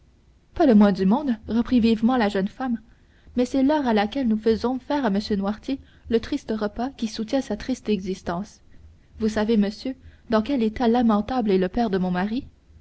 pas le moins du monde reprit vivement la jeune femme mais c'est l'heure à laquelle nous faisons faire à m noirtier le triste repas qui soutient sa triste existence vous savez monsieur dans quel état lamentable est le père de mon mari